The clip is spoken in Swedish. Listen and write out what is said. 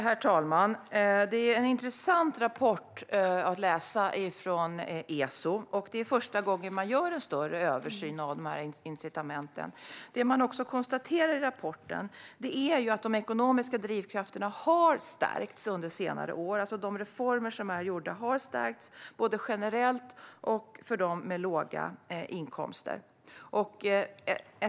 Herr talman! ESO:s rapport är intressant att läsa. Det är första gången som man gör en större översyn av dessa incitament. Man konstaterar i rapporten att de ekonomiska drivkrafterna har stärkts under senare år. De reformer som är gjorda har stärkt drivkrafterna, både generellt och för dem med låga inkomster.